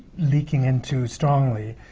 leaking in too strongly,